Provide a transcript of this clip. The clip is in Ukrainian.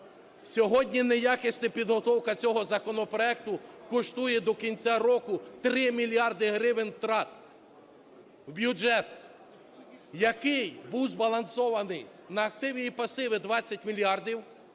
Сьогодні неякісна підготовка цього законопроекту коштує до кінця року 3 мільярди гривень втрат. Бюджет, який був збалансований на активи і пасиви 20 мільярдів,